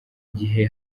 gihe